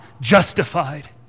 justified